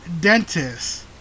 Dentist